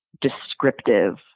descriptive